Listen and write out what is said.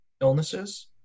illnesses